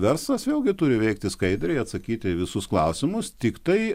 verslas vėlgi turi veikti skaidriai atsakyti į visus klausimus tiktai